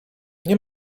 nie